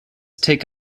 take